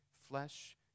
flesh